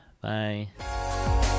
Bye